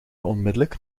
onmiddelijk